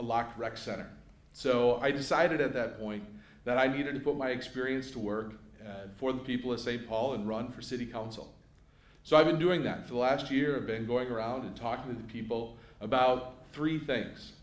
locker rec center so i decided at that point that i needed to put my experience to work for the people is a ball and run for city council so i've been doing that for the last year or been going around talking to people about three things